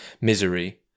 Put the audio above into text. misery